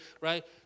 right